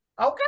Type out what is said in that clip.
Okay